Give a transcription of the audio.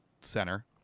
center